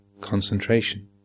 concentration